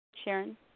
Sharon